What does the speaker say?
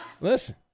Listen